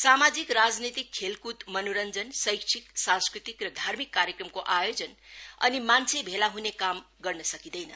सामाजिक राजनैतिक खेलक्द मनोरञ्जन शैक्षिक सांस्कृतिक र धार्मिक कार्यक्रमको आयोजना अनि मान्छे भेला हुने काम गर्न सकिन्दैन